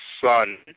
son